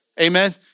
Amen